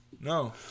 No